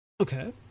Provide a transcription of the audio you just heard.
Okay